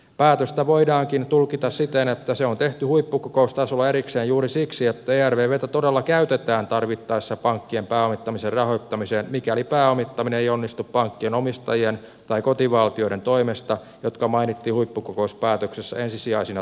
päätöstä voidaankin tulkita siten että se on tehty huippukokoustasolla erikseen juuri siksi että ervvtä todella käytetään tarvittaessa pankkien pääomittamisen rahoittamiseen mikäli pääomittaminen ei onnistu pankkien omistajien tai kotivaltioiden toimesta jotka mainittiin huippukokouspäätöksessä ensisijaisina toimijoina